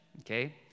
okay